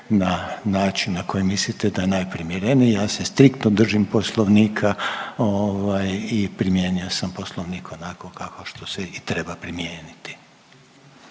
na način na koji mislite da je najprimjereniji. Ja se striktno držim Poslovnika ovaj i primijenio sam Poslovnik onako kao što se i treba primijeniti.